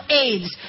aids